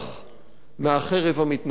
מהחרב המתנופפת הזאת.